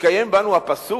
נתקיים בנו הפסוק: